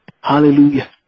Hallelujah